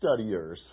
studiers